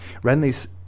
Renly's